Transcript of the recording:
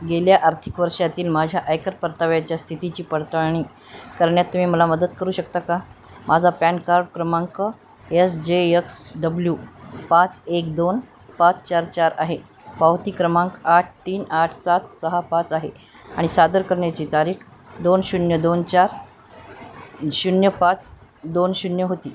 गेल्या आर्थिक वर्षातील माझ्या आयकर परताव्याच्या स्थितीची पडताळणी करण्यात तुम्ही मला मदत करू शकता का माझा पॅन कार्ड क्रमांक एस जे यक्स डब्ल्यू पाच एक दोन पाच चार चार आहे पावती क्रमांक आठ तीन आठ सात सहा पाच आहे आणि सादर करण्याची तारीख दोन शून्य दोन चार शून्य पाच दोन शून्य होती